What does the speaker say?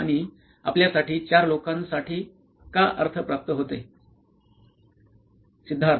आणि आपल्यासाठी 4 लोकांसाठी का अर्थ प्राप्त होतो